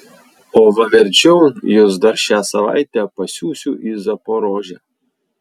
o va verčiau jus dar šią savaitę pasiųsiu į zaporožę